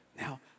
Now